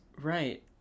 Right